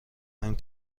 پنج